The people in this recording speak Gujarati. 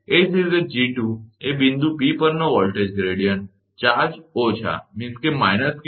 એ જ રીતે 𝐺2 એ બિંદુ P પરનો વોલ્ટેજ ગ્રેડીયંટ ચાર્જ ઓછા q −q હોવાને કારણે બરાબર